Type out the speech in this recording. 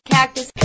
Cactus